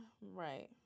right